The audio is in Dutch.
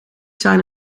zijn